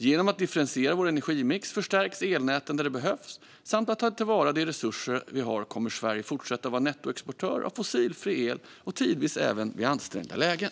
Genom att differentiera vår energimix, förstärka elnäten där det behövs samt ta till vara de resurser vi har kommer Sverige att fortsätta vara en nettoexportör av fossilfri el, och tidvis även vid ansträngda lägen.